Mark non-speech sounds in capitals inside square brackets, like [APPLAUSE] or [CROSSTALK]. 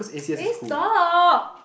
[NOISE] eh stop